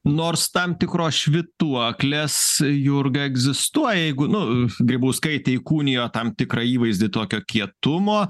nors tam tikros švytuoklės jurga egzistuoja jeigu nu grybauskaitė įkūnijo tam tikrą įvaizdį tokio kietumo